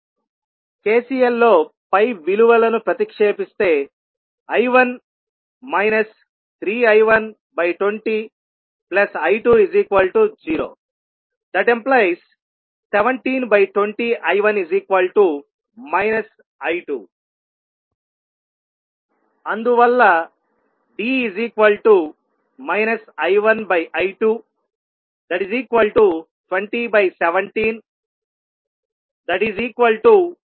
KCL లో పై విలువలను ప్రతిక్షేపిస్తే I1 3I120I20⇒1720I1 I2 అందువల్ల D I1I220171